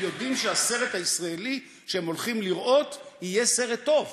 הם יודעים שהסרט הישראלי שהם הולכים לראות יהיה סרט טוב,